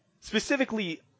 specifically